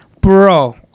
Bro